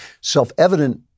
Self-evident